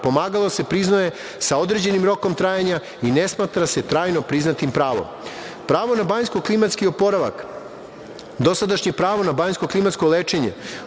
Pomagalo se priznaje sa određenim rokom trajanja i ne smatra se trajno priznatim pravom. Pravo na banjsko klimatski oporavak, dosadašnje pravo na banjsko klimatsko lečenje,